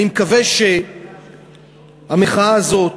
אני מקווה שהמחאה הזאת,